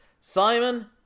Simon